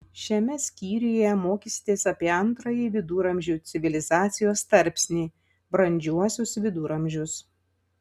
šiame skyriuje mokysitės apie antrąjį viduramžių civilizacijos tarpsnį brandžiuosius viduramžius